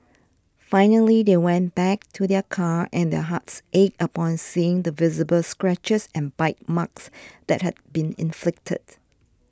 finally they went back to their car and their hearts ached upon seeing the visible scratches and bite marks that had been inflicted